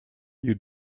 you